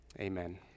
Amen